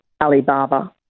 Alibaba